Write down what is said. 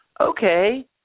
Okay